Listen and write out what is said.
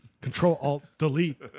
Control-Alt-Delete